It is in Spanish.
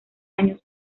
años